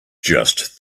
just